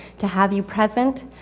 to have you present.